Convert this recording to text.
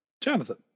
jonathan